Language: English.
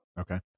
Okay